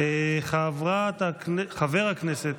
התור שלה הגיע.